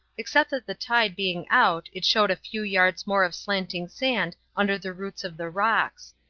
except that the tide being out it showed a few yards more of slanting sand under the roots of the rocks.